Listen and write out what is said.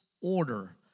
order